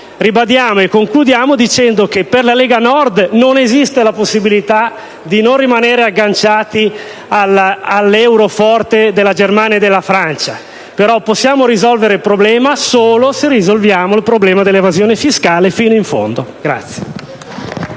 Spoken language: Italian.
Ribadiamo e concludiamo dicendo che per la Lega Nord non esiste la possibilità di non rimanere agganciati all'euro forte della Germania e della Francia. Però, possiamo risolvere tale questione solo se risolveremo il problema dell'evasione fiscale fino in fondo.